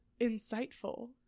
insightful